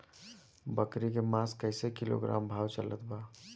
बकरी के मांस कईसे किलोग्राम भाव चलत बा?